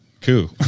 coup